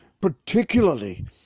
particularly